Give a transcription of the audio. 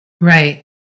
Right